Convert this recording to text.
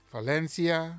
Valencia